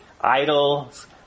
idols